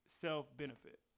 self-benefit